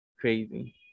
Crazy